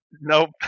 Nope